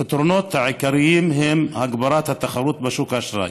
הפתרונות העיקריים הם הגברת התחרות בשוק האשראי,